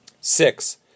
Six